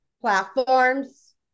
platforms